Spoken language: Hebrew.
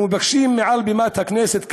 אנחנו מבקשים מעל בימת הכנסת כאן,